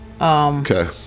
Okay